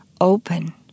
open